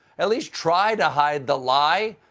at least try to hide the lie.